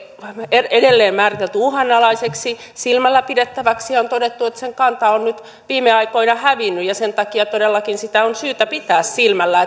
edelleen määritelty uhanalaiseksi silmällä pidettäväksi ja on todettu että sen kantaa on nyt viime aikoina hävinnyt ja sen takia todellakin sitä on syytä pitää silmällä